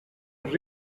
els